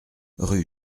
rue